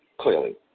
clearly